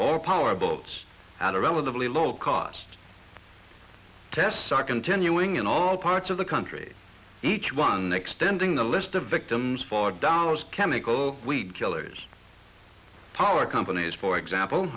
or power boats at a relatively low cost tests are continuing in all parts of the country each one extending the list of victims for downs chemical weed killers power companies for example